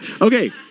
Okay